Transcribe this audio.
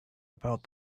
about